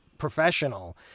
professional